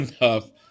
enough